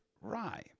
Rye